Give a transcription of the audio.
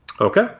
Okay